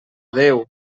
déu